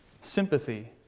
sympathy